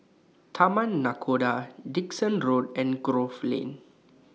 Taman Nakhoda Dickson Road and Grove Lane